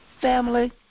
Family